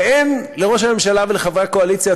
ואין לראש הממשלה ולחברי הקואליציה,